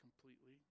completely